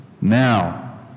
Now